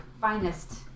finest